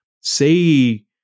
say